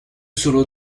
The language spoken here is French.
solos